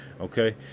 okay